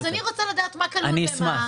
אני רוצה לדעת מה כלול במה,